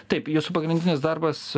taip jūsų pagrindinis darbas